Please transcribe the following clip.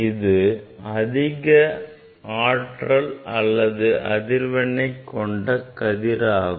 இது அதிக ஆற்றல் அல்லது அதிர்வெண்ணை கொண்ட கதிர் ஆகும்